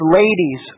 ladies